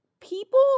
people